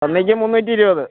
ഒന്നെങ്കിൽ മുന്നൂറ്റി ഇരുപത്